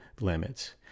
limits